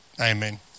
Amen